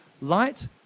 light